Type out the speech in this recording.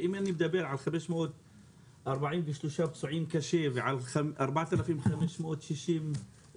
ואם אני מדבר על 543 פצועים קשים ועל 4,560